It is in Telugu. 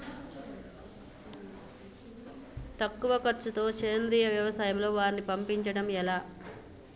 తక్కువ ఖర్చుతో సేంద్రీయ వ్యవసాయంలో వారిని పండించడం ఎలా?